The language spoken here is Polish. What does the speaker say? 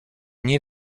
nie